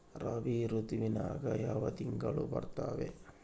ರಾಬಿ ಋತುವಿನ್ಯಾಗ ಯಾವ ತಿಂಗಳು ಬರ್ತಾವೆ?